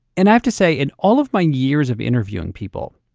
and i have to say in all of my years of interviewing people,